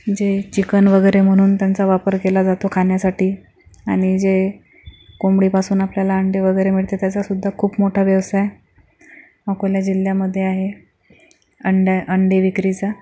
जे चिकन वगैरे म्हणून त्यांचा वापर केला जातो खाण्यासाठी आणि जे कोंबडीपासून आपल्याला अंडे वगैरे मिळतात त्याचा सुद्धा खूप मोठा व्यवसाय अकोला जिल्ह्यामध्ये आहे अंड्या अंडी विक्रीचा